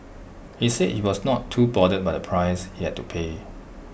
he said he was not too bothered by the price he had to pay